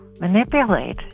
manipulate